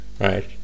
right